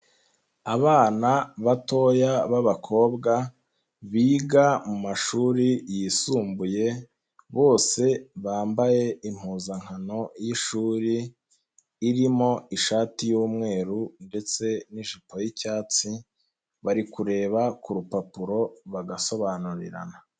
Abana batoya b'abakobwa biga mu mashuri yisumbuye, bose bambaye impuzankano y'ishuri irimo ishati y'umweru ndetse n'ijipo y'icyatsi bari kureba ku rupapuro bagasobanurirana.